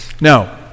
Now